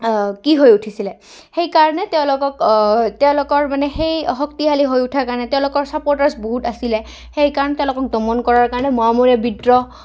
কি হৈ উঠিছিলে সেইকাৰণে তেওঁলোকক তেওঁলোকৰ মানে সেই শক্তিশালী হৈ উঠাৰ কাৰণে তেওঁলোকৰ ছাপৰ্টাৰছ বহুত আছিলে সেইকাৰণে তেওঁলোকক দমন কৰাৰ কাৰণে মোৱামৰীয়া বিদ্ৰোহ